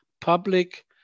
public